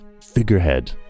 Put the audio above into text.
figurehead